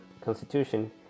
Constitution